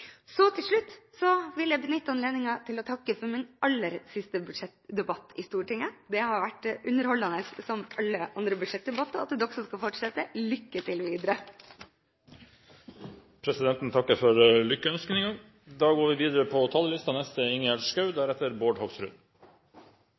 Til slutt vil jeg benytte anledningen til å takke for det som har vært min aller siste budsjettdebatt i Stortinget. Det har vært underholdende – som alle andre budsjettdebatter. Og til alle som skal fortsette: Lykke til videre! Presidenten takker for